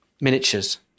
miniatures